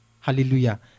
Hallelujah